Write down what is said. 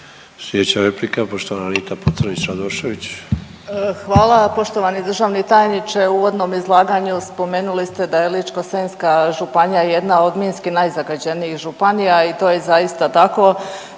Sljedeća replika, poštovana Anita Pocrnić-Radošević. **Pocrnić-Radošević, Anita (HDZ)** Hvala. Poštovani državni tajniče, u uvodnom izlaganju spomenuli ste da je Ličko-senjska županija jedna od minski najzagađenijih županija i to je zaista tako.